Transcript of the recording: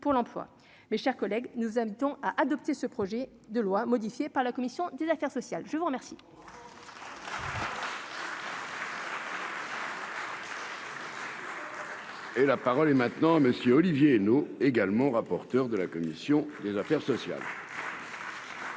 mes chers collègues, nous invitons à adopter ce projet de loi modifié par la commission des affaires sociales, je vous remercie.